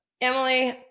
Emily